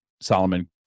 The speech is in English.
Solomon